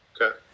Okay